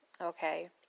Okay